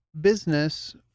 business